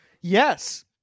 Yes